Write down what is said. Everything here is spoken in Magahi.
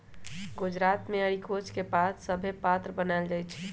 गुजरात मे अरिकोच के पात सभसे पत्रा बनाएल जाइ छइ